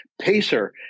PACER